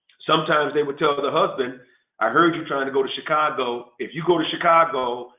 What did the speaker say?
sometimes they would tell the the husband i heard you trying to go to chicago. if you go to chicago,